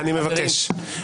חנוך, אני מבקש.